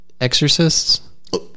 exorcists